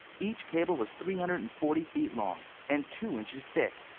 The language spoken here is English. each cable was three hundred and forty feet long and two inches thick.